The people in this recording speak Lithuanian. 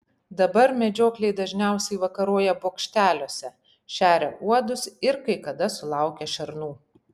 dabar medžiokliai dažniausiai vakaroja bokšteliuose šeria uodus ir kai kada sulaukia šernų